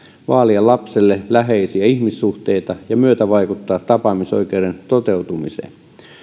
vaalia lapselle läheisiä ihmissuhteita ja myötävaikuttaa tapaamisoikeuden toteutumiseen